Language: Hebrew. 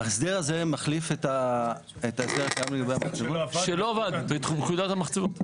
ההחזר הזה מחליף את ההסדר --- שלא בפקודת המחצבות.